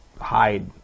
hide